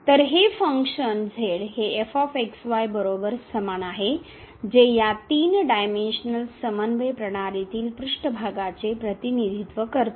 तर हे function z हे बरोबर समान आहे जे या 3 डायमेनशनल समन्वय प्रणालीतील पृष्ठभागाचे प्रतिनिधित्व करते